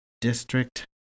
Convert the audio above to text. District